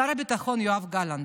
שר הביטחון יואב גלנט,